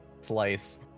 slice